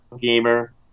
gamer